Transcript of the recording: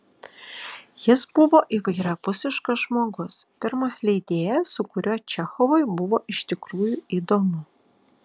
jis buvo įvairiapusiškas žmogus pirmas leidėjas su kuriuo čechovui buvo iš tikrųjų įdomu